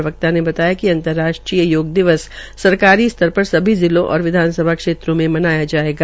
प्रवक्ता ने बताया कि अंतरराष्ट्रीय योग दिवस सरकारी स्तर पर सभी जिलों और विधानसभा क्षेत्रों में मनाया जाएगा